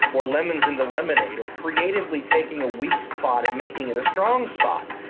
or lemons into lemonade, or creatively taking a weak spot and making it a strong spot.